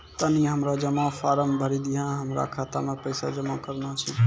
तनी हमरो जमा फारम भरी दहो, हमरा खाता मे पैसा जमा करना छै